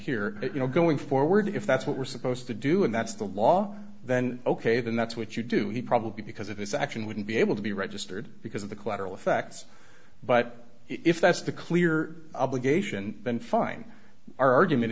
here you know going forward if that's what we're supposed to do and that's the law then ok then that's what you do he probably because of his action wouldn't be able to be registered because of the collateral effects but if that's the clear obligation then fine argument